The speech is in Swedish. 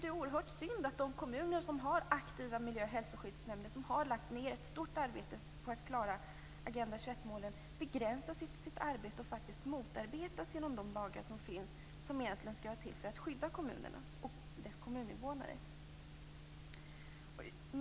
Det är oerhört synd att de kommuner som har aktiva miljö och hälsoskyddsnämnder, som har lagt ned ett stort arbete för att klara Agenda 21-målen, begränsas i sitt arbete och faktiskt motarbetas genom de lagar som finns, som egentligen skall vara till för att skydda kommunerna och invånarna där.